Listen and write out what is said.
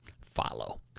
follow